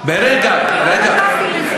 לא אמרתי את זה.